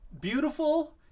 Beautiful